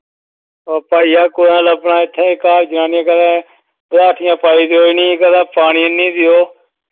ओह् भाइयै कुदै लब्भना इत्थै घर जनानियां कदें बसाठियां पाई देओ इ'नेंई कदें पानी आह्नी देओ